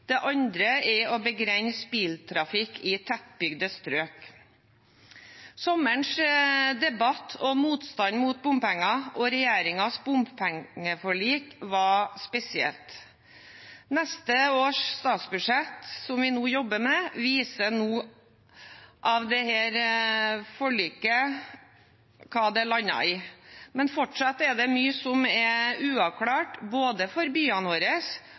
andre er å begrense biltrafikk i tettbygde strøk. Sommerens debatt og motstand mot bompenger og regjeringens bompengeforlik var spesielt. Neste års statsbudsjett, som vi nå jobber med, viser nå hva dette forliket landet på. Men fortsatt er det mye som er uavklart, både for byene våre,